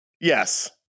Yes